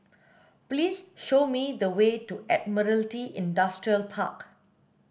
please show me the way to Admiralty Industrial Park